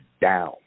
down